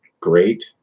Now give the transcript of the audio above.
great